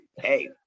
hey